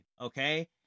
okay